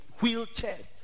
wheelchairs